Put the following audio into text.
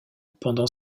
pendant